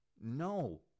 no